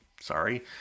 Sorry